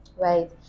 Right